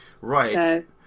Right